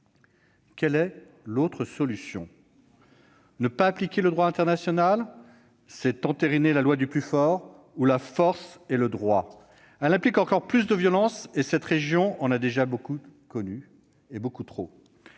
Quelle serait l'autre solution ? Ne pas appliquer le droit international, c'est entériner la loi du plus fort, où la force est le droit. Cela implique encore plus de violences ; or cette région en a déjà beaucoup trop